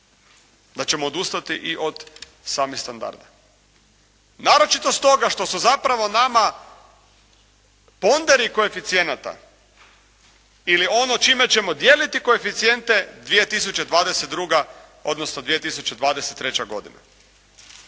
da ćemo odustati i od samih standarda naročito stoga što su zapravo nama ponderi koeficijenata ili ono čime ćemo dijeliti koeficijente 2022. odnosno 2023. godina.